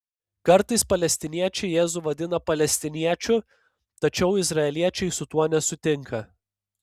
kartais palestiniečiai jėzų vadina palestiniečiu tačiau izraeliečiai su tuo nesutinka